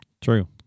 True